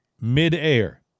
midair